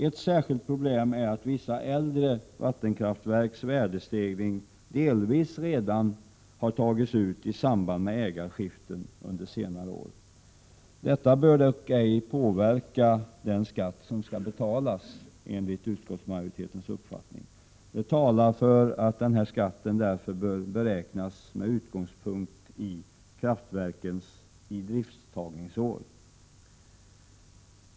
Ett särskilt problem är att vissa äldre vattenkraftverks värdestegring delvis redan har tagits ut i samband med ägarskiften under senare år. Enligt utskottsmajoritetens uppfattning bör detta dock ej påverka den skatt som skall betalas. Det talar för att skatten bör beräknas med utgångspunkt från det år kärnkraftverket togs i drift.